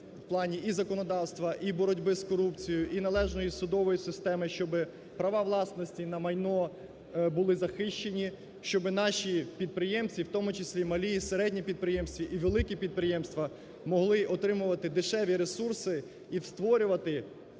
в плані і законодавства, і боротьби з корупцією, і належної судової системи, щоб права власності на майно були захищені, щоб наші підприємці, в тому числі малі і середні підприємці, і великі підприємства могли отримувати дешеві ресурси і створювати